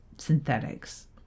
Synthetics